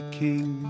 king